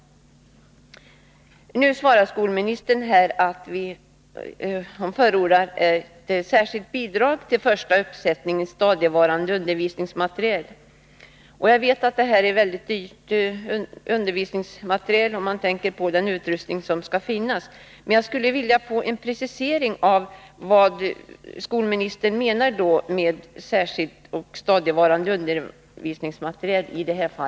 Skolministern förordar ett särskilt bidrag till den första uppsättningen stadigvarande undervisningsmateriel. Jag vet att det för denna utbildning krävs dyrbar utrustning, men jag skulle vilja få en precisering av vad skolministern i detta fall menar med stadigvarande undervisningsmateriel.